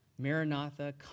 Maranatha